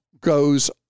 goes